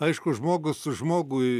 aišku žmogus žmogui